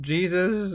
Jesus